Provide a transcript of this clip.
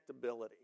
connectability